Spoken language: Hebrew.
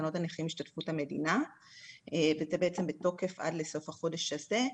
בתקנות הנכים השתתפות המדינה וזה בעצם בתוקף עד לסוף החודש הזה.